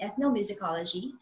ethnomusicology